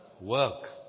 Work